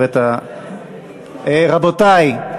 רבותי,